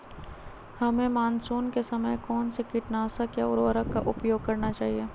हमें मानसून के समय कौन से किटनाशक या उर्वरक का उपयोग करना चाहिए?